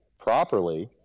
properly